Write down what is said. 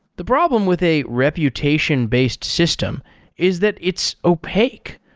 the problem with a reputation-based system is that it's opaque.